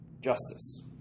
Justice